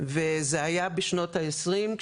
וזה היה כשהייתי בשנות ה-20 שלי,